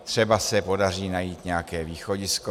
Třeba se podaří najít nějaké východisko.